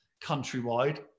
Countrywide